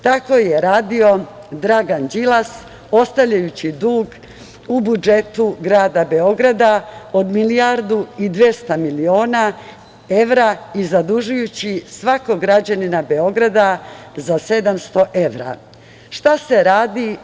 Tako je radio Dragan Đilas, ostavljajući dug u budžetu grada Beograda od milijardu i 200 miliona evra i zadužujući svakog građanina Beograda za 700 evra.